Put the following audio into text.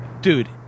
Dude